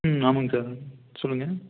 ம் ஆமாங்க சார் சொல்லுங்கள்